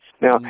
Now